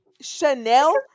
Chanel